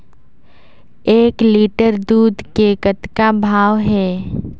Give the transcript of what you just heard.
एक लिटर दूध के कतका भाव हे?